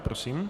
Prosím.